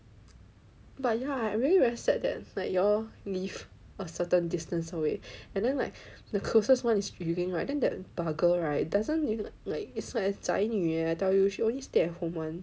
but you know I really very sad that like you all live a certain distance away and then like the closest [one] is Yu Ling right then that bugger right doesn't you know like it's like a 宅女 eh I tell you she only stay at home [one]